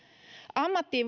ammattiin